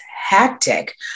hectic